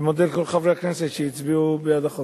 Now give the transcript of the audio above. אני מודה לכל חברי הכנסת שהצביעו בעד החוק.